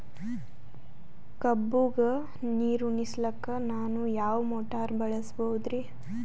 ಕಬ್ಬುಗ ನೀರುಣಿಸಲಕ ನಾನು ಯಾವ ಮೋಟಾರ್ ಬಳಸಬಹುದರಿ?